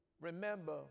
remember